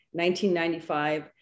1995